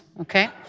okay